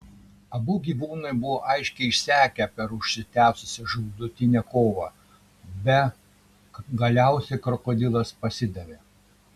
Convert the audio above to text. abu gyvūnai buvo aiškiai išsekę per užsitęsusią žūtbūtinę kovą be galiausiai krokodilas pasidavė